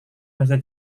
bahasa